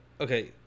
Okay